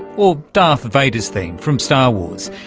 or darth vader's theme from star wars.